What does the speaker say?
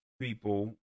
people